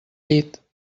llit